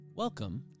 Welcome